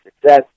success